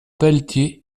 pelletier